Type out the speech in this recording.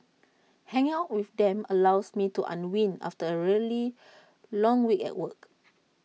hanging out with them allows me to unwind after A really long week at work